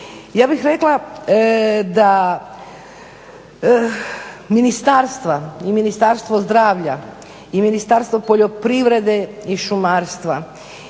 da ministarstva i Ministarstvo zdravlja i Ministarstvo poljoprivrede i šumarstva